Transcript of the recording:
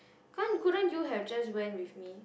can't couldn't you have just went with me